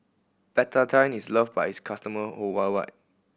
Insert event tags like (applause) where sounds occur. Betadine is loved by its customer (unintelligible)